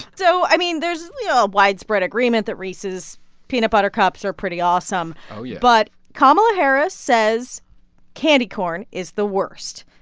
so, i mean, there's yeah widespread agreement that reese's peanut butter cups are pretty awesome oh, yeah but kamala harris says candy corn is the worst.